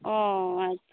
ᱚ